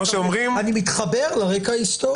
שאומרים -- אני מתחבר לרקע ההיסטורי.